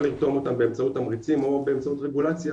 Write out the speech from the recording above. או לרתום אותן באמצעות תמריצים או באמצעות רגולציה